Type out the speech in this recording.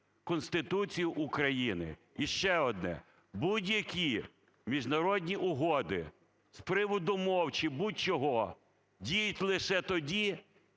Конституцію України. І ще одне. Будь-які міжнародні угоди з приводу мов чи будь-чого діють лише тоді,